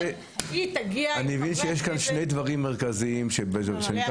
היא תגיע עם חברי הכנסת --- יש כאן שני דברים מרכזיים במחלוקת.